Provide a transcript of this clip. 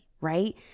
right